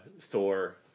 Thor